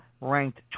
ranked